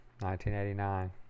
1989